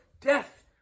death